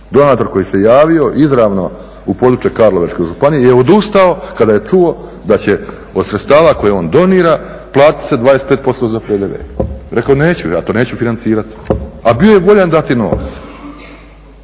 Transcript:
donator koji se javio izravno u područje Karlovačke županije je odustao kada je čuo da će od sredstava koje on donira platit se 25% za PDV. Reko neću, ja to neću financirati, a bio je voljan dati novac.